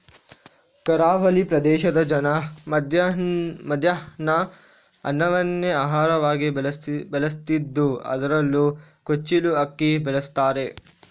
ಕರಾವಳಿ ಪ್ರದೇಶದ ಜನ ಮಧ್ಯಾಹ್ನ ಅನ್ನವನ್ನೇ ಆಹಾರವಾಗಿ ಬಳಸ್ತಿದ್ದು ಅದ್ರಲ್ಲೂ ಕುಚ್ಚಿಲು ಅಕ್ಕಿ ಬಳಸ್ತಾರೆ